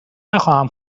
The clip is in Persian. نخواهم